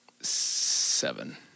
Seven